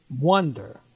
wonder